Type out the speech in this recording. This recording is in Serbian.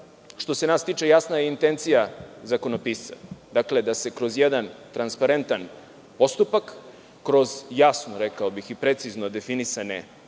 što se nas tiče, jasna je intencija zakonopisca, dakle, da se kroz jedan transparentan postupak, kroz jasno i precizno definisane